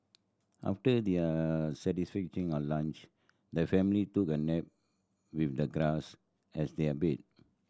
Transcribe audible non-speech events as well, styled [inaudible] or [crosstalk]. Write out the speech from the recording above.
after their [unintelligible] lunch the family took a nap with the grass as their bed